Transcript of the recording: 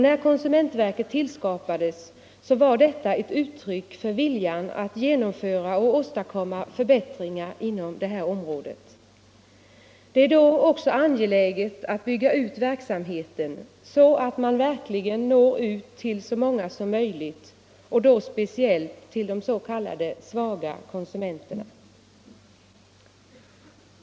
När konsumentverket tillskapades var detta ett uttryck för viljan att genomföra och åstadkomma förbättringar inom området. Det är då också angeläget att bygga ut verksamheten, så att man verkligen når ut till så många som möjligt, och då speciellt till de s.k. svaga konsumenterna.